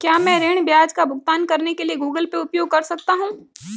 क्या मैं ऋण ब्याज का भुगतान करने के लिए गूगल पे उपयोग कर सकता हूं?